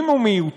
אם הוא מיותר,